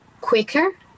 quicker